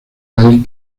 país